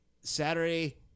Saturday